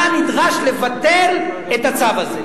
אתה נדרש לבטל את הצו הזה.